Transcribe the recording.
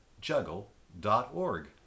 Juggle.org